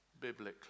biblically